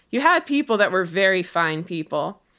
you had people that were very fine people.